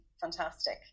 fantastic